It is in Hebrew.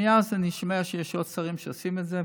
מאז אני שומע שיש עוד שרים שעושים את זה,